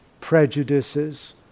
prejudices